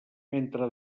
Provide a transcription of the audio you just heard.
mentre